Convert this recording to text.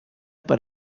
per